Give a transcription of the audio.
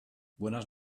buenas